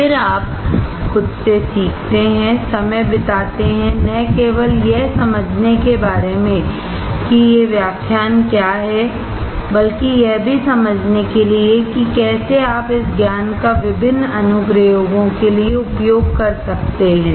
फिर आप खुद से सीखते हैं समय बिताते हैं न केवल यह समझने के बारे में कि ये व्याख्यान क्या हैं बल्कि यह भी समझने के लिए कि कैसे आप इस ज्ञान का विभिन्न अनुप्रयोगोंके लिए उपयोग कर सकते हैं